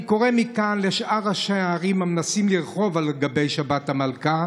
אני קורא מכאן לשאר ראשי הערים המנסים לרכוב על גבי שבת המלכה: